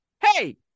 Hey